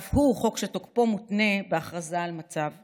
שאף הוא חוק שתוקפו מותנה בהכרזה על מצב חירום.